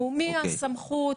גם לפני שנתיים שלחנו מכתבים,